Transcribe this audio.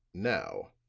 now,